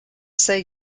say